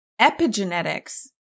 epigenetics